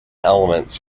elements